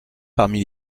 parmi